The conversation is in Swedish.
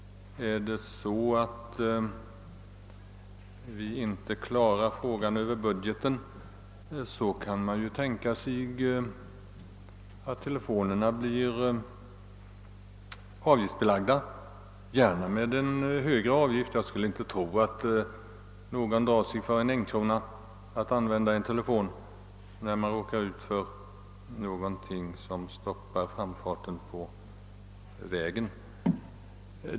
Om vi inte kan klara frågan över statsbudgeten, kunde ju telefonerna tänkas bli avgiftsbelagda, gärna med en något högre avgift. Jag skulle inte tro att någon drar sig för att lägga ut t.ex. en krona för att få använda en telefon, om vederbörande har råkat ut för någon malör som stoppar hans framfart på vägen.